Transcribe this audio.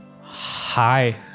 hi